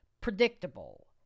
predictable